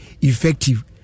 Effective